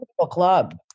club